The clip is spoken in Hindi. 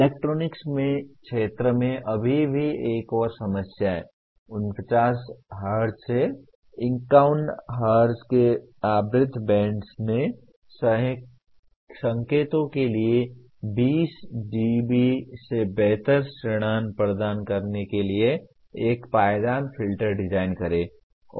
इलेक्ट्रॉनिक्स में क्षेत्र में अभी भी एक और समस्या 49 हर्ट्ज से 51 हर्ट्ज के आवृत्ति बैंड में संकेतों के लिए 20 डीबी से बेहतर क्षीणन प्रदान करने के लिए एक पायदान फ़िल्टर डिज़ाइन करें